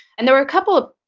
and there were a couple of,